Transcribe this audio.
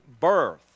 birth